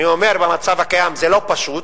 אני אומר, במצב הקיים זה לא פשוט,